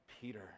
Peter